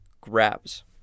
grabs